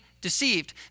deceived